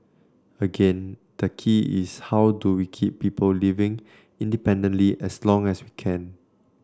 again the key is how do we keep people living independently as long as we can